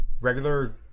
regular